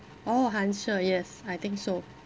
orh 寒舍 yes I think so